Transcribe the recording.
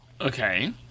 Okay